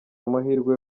amahirwe